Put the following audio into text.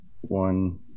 one